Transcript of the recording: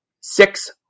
six